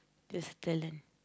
there's a talent